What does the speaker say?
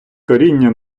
коріння